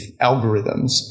algorithms